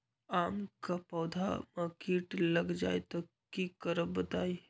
आम क पौधा म कीट लग जई त की करब बताई?